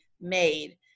made